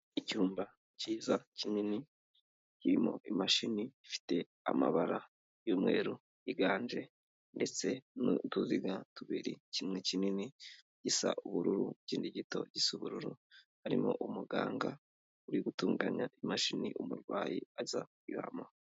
Icyumba cyiza kinini kirimo imashini ifite amabara y'umweru yiganje ndetse n'utuziga tubiri kimwe kinini gisa ubururu, ikindi gito gisa ubururu, harimo umuganga uri gutunganya imashini umurwayi aza kuryamaho.